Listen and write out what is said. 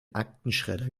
aktenschredder